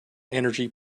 energy